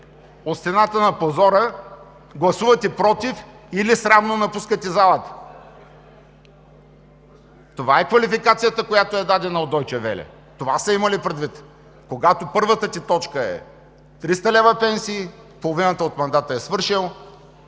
от стената на позора гласувате „против“ или срамно напускате залата. Това е квалификацията, която е дадена от „Дойче веле“. Това са имали предвид – когато първата ти точка е 300 лв. пенсии, половината от мандата е свършил,